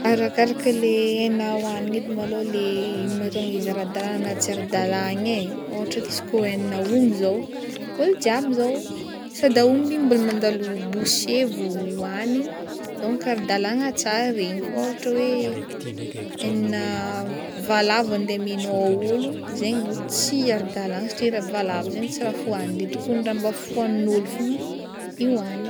Arakaraka le hena hoagnina edy malôha le mahatonga izy ara-dalàgna na tsy ara-dalàgna ai, ohatra k'izy kô henan'aomby zao olo jiaby zao, sady aomby mbola mandalo boucher vao hoanigny donc ara-dalàgna tsara regny fô ohatra hoe henanà valavo andeha imenao aolo zegny tsy ara-dalàgna satria raha valavo zegny tsy raha fihoany de tokony mbô raha fihoanin'ôlo fogna ihoany.